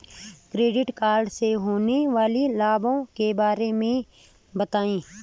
Credit card से होने वाले लाभों के बारे में बताएं?